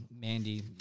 Mandy